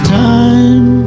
time